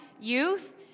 youth